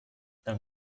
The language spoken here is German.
dann